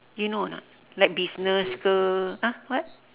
you know or not like business ke !huh! what